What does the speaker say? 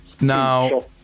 now